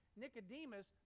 Nicodemus